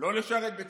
לא לשרת בצה"ל.